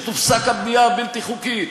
שתופסק הבנייה הבלתי-חוקית,